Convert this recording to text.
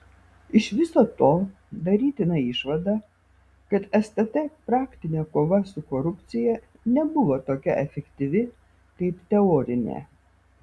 iš viso to darytina išvada kad stt praktinė kova su korupcija nebuvo tokia efektyvi kaip teorinė